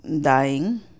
dying